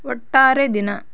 ಒಟ್ಟಾರೆ ದಿನ